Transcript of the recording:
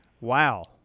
Wow